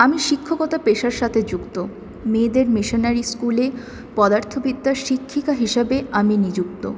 আমি শিক্ষকতা পেশার সাথে যুক্ত মেয়েদের মিশনারি স্কুলে পদার্থবিদ্যার শিক্ষিকা হিসেবে আমি নিযুক্ত